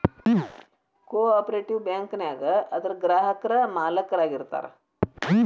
co operative bank ನ್ಯಾಗ ಅದರ್ ಗ್ರಾಹಕ್ರ ಮಾಲೇಕ್ರ ಆಗಿರ್ತಾರ